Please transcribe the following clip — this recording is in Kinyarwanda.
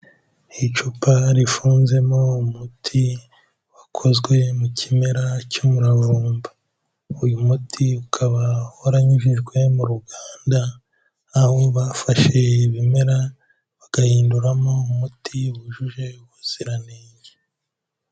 Icupa rifunzemo umuti wakozwe mu kimera cy'umuravumba. Uyu muti ukaba waranyujijwe mu ruganda, aho bafashe ibimera bagahinduramo umuti wujuje ubuziranenge.